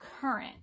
current